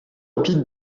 rapide